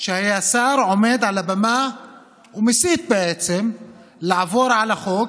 שהיה שר עומד על הבמה ומסית בעצם לעבור על החוק,